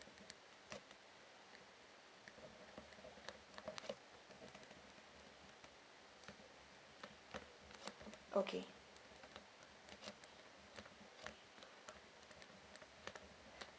okay